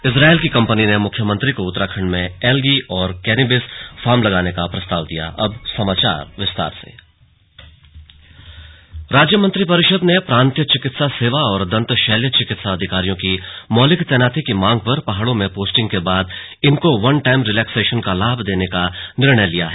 Israel की कंपनी ने मुख्यमंत्री को उत्तराखंड में एलगी और कैनबिस फार्म लगाने का प्रस्ताव दिया स्लग कैबिनेट राज्य मंत्री परिषद ने प्रांतीय चिकित्सा सेवा और दंत शल्य चिकित्सा अधिकारियों की मौलिक तैनाती की मांग पर पहाड़ों में पोस्टिंग के बाद इनको वन टाईम रिलेक्सेशन का लाभ देने का निर्णय लिया है